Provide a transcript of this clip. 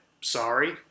sorry